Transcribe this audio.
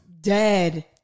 dead